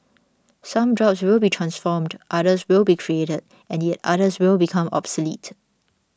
some jobs will be transformed others will be created and yet others will become obsolete